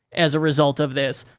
as a result of this.